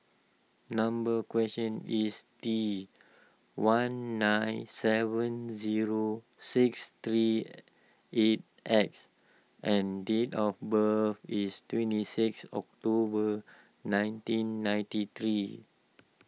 number question is T one nine seven zero six three eight X and date of birth is twenty six October nineteen ninety three